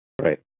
Right